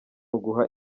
uguha